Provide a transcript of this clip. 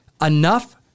enough